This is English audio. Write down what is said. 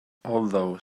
although